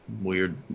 weird